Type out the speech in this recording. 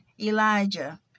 Elijah